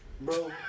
Bro